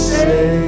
say